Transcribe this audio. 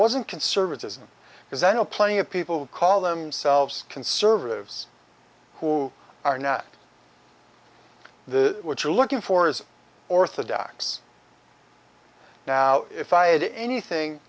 wasn't conservatism because i know plenty of people call themselves conservatives who are net the what you're looking for is orthodox now if i had anything